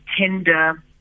tender